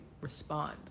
respond